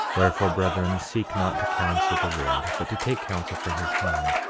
wherefore, brethren, seek not to counsel the lord, but to take counsel from his hand.